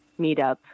meetup